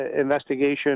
investigation